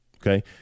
Okay